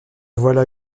voilà